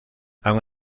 aun